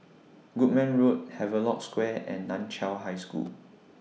Goodman Road Havelock Square and NAN Chiau High School